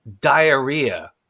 diarrhea